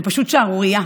זו פשוט שערורייה.